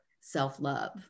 self-love